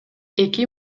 эки